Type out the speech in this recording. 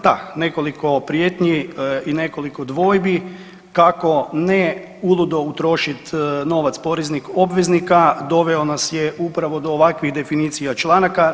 Da, nekoliko prijetnji i nekoliko dvojbi kako ne uludo utrošiti novac poreznih obveznika doveo nas je upravo do ovakvih definicija članaka.